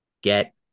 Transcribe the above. Get